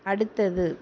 அடுத்தது